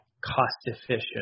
cost-efficient